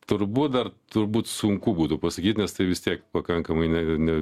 turbūt dar turbūt sunku būtų pasakyt nes tai vis tiek pakankamai ne ne